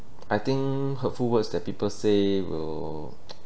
I think hurtful words that people say will